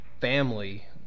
family